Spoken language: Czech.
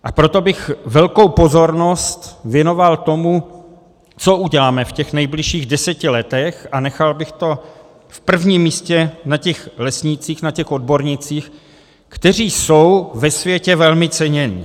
A proto bych velkou pozornost věnoval tomu, co uděláme v těch nejbližších deseti letech, a nechal bych to v prvním místě na těch lesnících, na těch odbornících, kteří jsou ve světě velmi ceněni.